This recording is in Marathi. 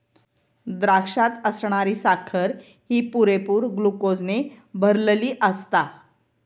द्राक्षात असणारी साखर ही पुरेपूर ग्लुकोजने भरलली आसता